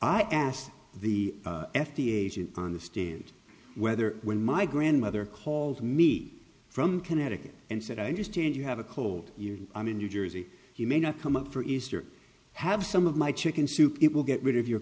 i asked the f d a to understand whether when my grandmother called me from connecticut and said i understand you have a cold you're in i'm in new jersey you may not come up for easter have some of my chicken soup it will get rid of your